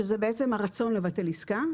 שזה בעצם הרצון לבטל עסקה,